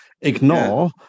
Ignore